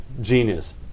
genius